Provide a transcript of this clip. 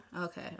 Okay